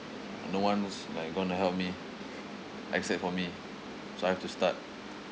no one was like going to help me except for me so I have to start